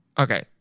Okay